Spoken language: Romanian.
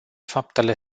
faptele